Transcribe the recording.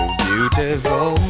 beautiful